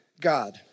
God